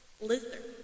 Lizard